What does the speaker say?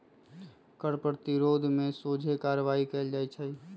कर प्रतिरोध में सोझे कार्यवाही कएल जाइ छइ